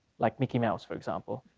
like micky mouse for example.